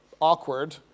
Awkward